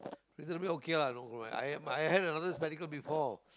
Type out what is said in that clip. it's a bit okay lah no for my eye I have another spectacle before